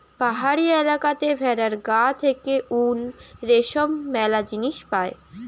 পাহাড়ি এলাকাতে ভেড়ার গা থেকে উল, রেশম ম্যালা জিনিস পায়